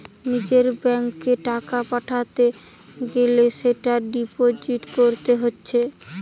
নিজের ব্যাংকে টাকা পাঠাতে গ্যালে সেটা ডিপোজিট কোরতে হচ্ছে